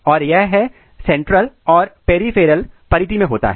और यह है सेंट्रल और पेरीफेरल परिधि में होता है